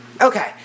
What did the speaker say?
Okay